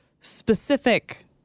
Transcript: specific